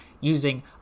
using